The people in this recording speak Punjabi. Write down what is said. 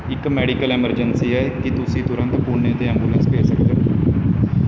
ਇੱਕ ਮੈਡੀਕਲ ਐਮਰਜੈਂਸੀ ਹੈ ਕੀ ਤੁਸੀਂ ਤੁਰੰਤ ਪੁਣੇ 'ਤੇ ਐਂਬੂਲੈਂਸ ਭੇਜ ਸਕਦੇ ਹੋ